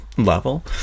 level